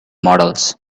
models